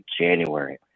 January